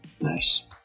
Nice